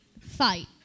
fight